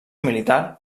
militar